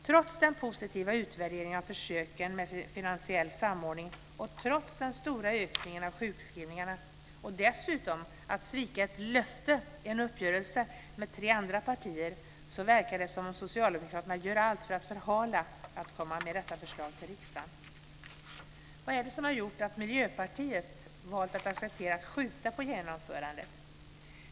Trots den positiva utvärderingen av försöken med finansiell samordning, trots den stora ökningen av sjukskrivningarna - dessutom ett sviket löfte, en uppgörelse, med tre andra partier - verkar det som om socialdemokraterna gör allt för att förhala att lägga fram ett förslag till riksdagen. Vad är det som har gjort att Miljöpartiet har valt att acceptera att skjuta på genomförandet?